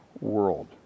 world